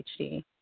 hd